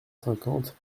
cinquante